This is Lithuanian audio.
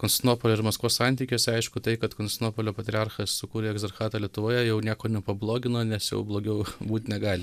konstinopolio ir maskvos santykiuose aišku tai kad konstinopolio patriarchas sukūrė egzarchatą lietuvoje jau nieko nepablogino nes jau blogiau būt negali